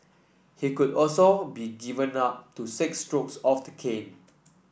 he could also be given up to six strokes of the cane